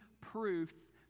proofs